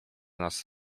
nas